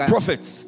Prophets